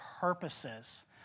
purposes